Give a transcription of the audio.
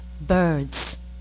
birds